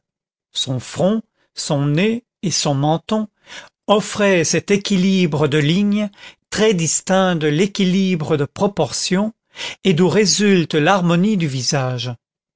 son front son nez et son menton offraient cet équilibre de ligne très distinct de l'équilibre de proportion et d'où résulte l'harmonie du visage